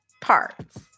parts